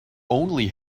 only